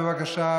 בבקשה,